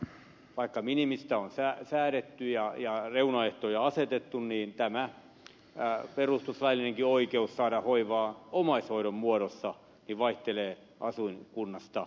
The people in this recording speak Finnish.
vaikka minimistä on säädetty ja reunaehtoja on asetettu niin tämä perustuslaillinenkin oikeus saada hoivaa omaishoidon muodossa vaihtelee asuinkunnasta riippuen